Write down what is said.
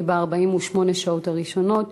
ב-48 השעות הראשונות,